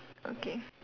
okay